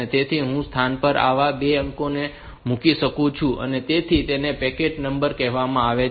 તેથી હું સ્થાન પર આવા 2 અંકો મૂકી શકું છું અને તેથી તેને પેક્ડ નંબર કહેવામાં આવે છે